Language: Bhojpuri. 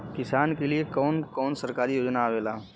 किसान के लिए कवन कवन सरकारी योजना आवेला?